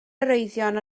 arwyddion